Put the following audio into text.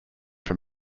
from